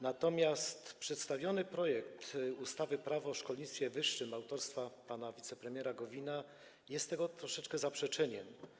Natomiast przedstawiony projekt ustawy Prawo o szkolnictwie wyższym autorstwa pana wicepremiera Gowina jest tego troszeczkę zaprzeczeniem.